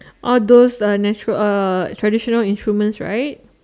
all those uh natural uh traditional instruments right